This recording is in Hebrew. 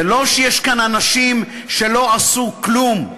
זה לא שיש כאן אנשים שלא עשו כלום.